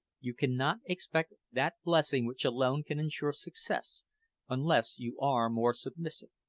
you cannot expect that blessing which alone can ensure success unless you are more submissive.